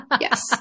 Yes